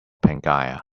pangaea